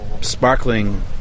sparkling